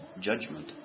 Judgment